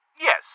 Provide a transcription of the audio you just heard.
yes